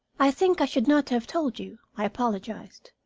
i think i should not have told you, i apologized.